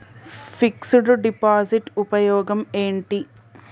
Fix డ్ deposit ఉపయోగం ఏంటి?